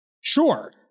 Sure